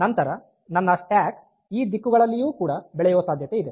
ನಂತರ ನನ್ನ ಸ್ಟ್ಯಾಕ್ ಈ ದಿಕ್ಕುಗಳಲ್ಲಿಯೂ ಕೂಡ ಬೆಳೆಯುವ ಸಾಧ್ಯತೆ ಇದೆ